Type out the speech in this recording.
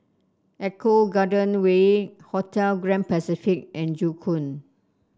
Eco Garden Way Hotel Grand Pacific and Joo Koon